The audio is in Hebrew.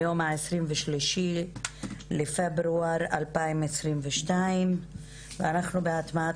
היום ה-23 בפברואר 2022. אנחנו בהטמעת